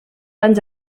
anys